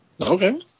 okay